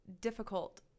difficult